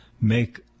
make